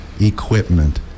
equipment